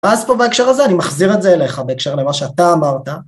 אז פה בהקשר הזה אני מחזיר את זה אליך בהקשר למה שאתה אמרת.